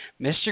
Mr